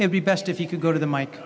and be best if you could go to the mike